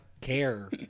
care